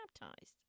baptized